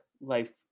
life